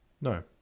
No